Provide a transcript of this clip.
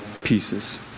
pieces